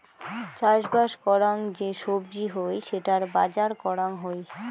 চাষবাস করাং যে সবজি হই সেটার বাজার করাং হই